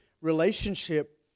relationship